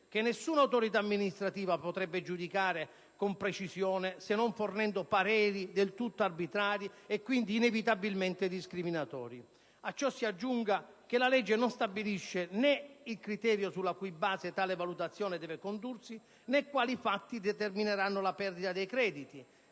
che nessuna autorità amministrativa potrebbe giudicare con precisione se non fornendo pareri del tutto arbitrari e quindi inevitabilmente discriminatori. A ciò si aggiunga che la legge non stabilisce né il criterio sulla cui base tale valutazione deve condursi, né quali fatti determineranno la perdita dei crediti,